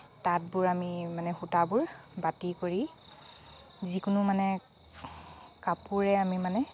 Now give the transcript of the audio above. তাঁতবোৰ আমি মানে সূতাবোৰ বাতি কৰি যিকোনো মানে কাপোৰেৰে আমি মানে